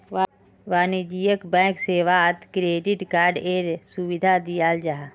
वाणिज्यिक बैंक सेवात क्रेडिट कार्डएर सुविधा दियाल जाहा